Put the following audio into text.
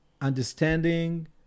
understanding